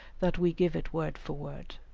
that we give it word for word.